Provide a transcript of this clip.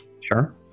Sure